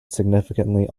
significantly